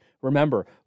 Remember